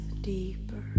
deeper